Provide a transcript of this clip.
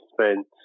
spent